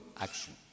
action